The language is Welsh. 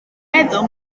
meddwl